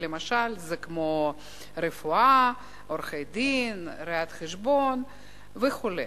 למשל רפואה, עריכת-דין, ראיית-חשבון וכו'.